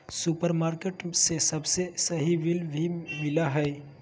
supermarket से सबके सही बिल भी मिला हइ